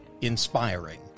Inspiring